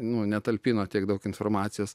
nu netalpino tiek daug informacijos